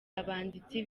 abanditsi